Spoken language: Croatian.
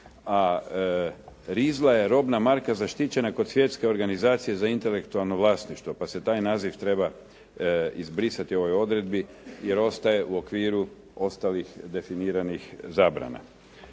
a rizla je robna marka zaštićena kod Svjetske organizacije za intelektualno vlasništvo, pa se taj naziv treba izbrisati u ovoj odredbi, jer ostaje u okviru ostalih definiranih zabrana.